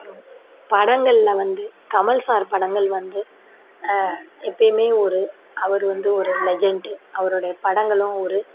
அப்புறம் படங்களில் வந்து கமல் சார் படங்கள் வந்து எப்பயுமே ஒரு அவர் வந்து ஒரு லெஜென்ட்டு அவருடைய படங்களும் ஒரு